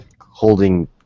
holding